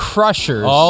Crushers